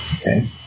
Okay